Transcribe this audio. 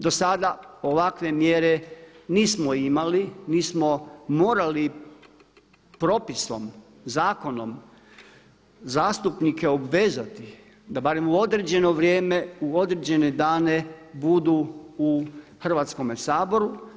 Do sada ovakve mjere nismo imali, nismo morali propisom, zakonom zastupnike obvezati da barem u određeno vrijeme, u određene dane budu u Hrvatskome saboru.